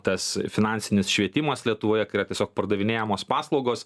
tas finansinis švietimas lietuvoje kai yra tiesiog pardavinėjamos paslaugos